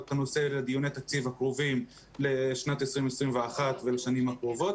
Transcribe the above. את הנושא לדיוני התקציב הקרובים לשנת 2021 ולשנים הקרובות,